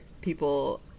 people